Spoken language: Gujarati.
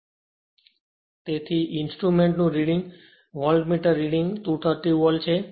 હવે તેથી ઇન્સ્ટ્રુમેન્ટ નું readings volt meter reading 230 volt છે